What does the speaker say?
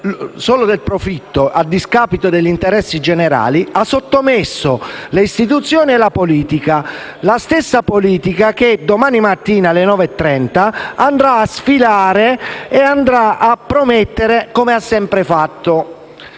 solo del profitto e a discapito degli interessi generali, ha sottomesso le istituzioni e la politica; la stessa politica che domani mattina, alle ore 9,30, andrà a sfilare e a promettere, come ha sempre fatto.